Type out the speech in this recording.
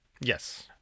yes